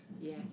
yes